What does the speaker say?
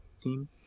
team